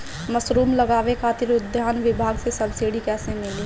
Mushroom लगावे खातिर उद्यान विभाग से सब्सिडी कैसे मिली?